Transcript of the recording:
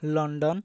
London